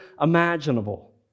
imaginable